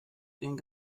den